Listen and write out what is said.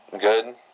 good